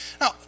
Now